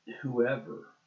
whoever